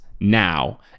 now